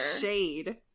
shade